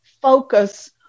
focus